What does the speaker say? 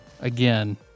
again